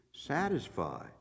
satisfy